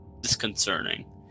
disconcerting